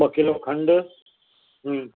ॿ किलो खंडु